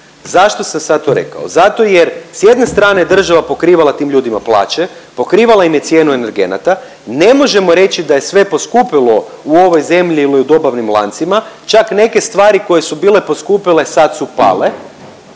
Zašto sam sad to rekao? Zato jer s jedne strane država pokrivala tim ljudima plaće, pokrivala im je cijenu energenata, ne možemo reći da je sve poskupilo u ovoj zemlji ili u dobavnim lancima, čak neke stvari koje su bile poskupile sad su pale